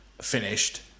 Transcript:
finished